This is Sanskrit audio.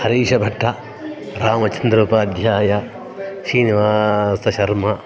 हरीशभट्टः रामचन्द्रः उपाध्यायः श्रीनिवासशर्मा